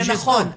זה נכון,